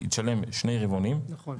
היא תשלם שני רבעונים -- נכון.